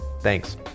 Thanks